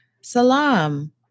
salam